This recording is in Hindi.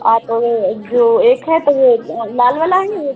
आप अगर जो एक है तो वो लाल वाला ही है